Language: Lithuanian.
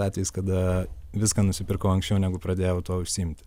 atvejis kada viską nusipirkau anksčiau negu pradėjau tuo užsiimti